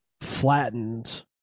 flattened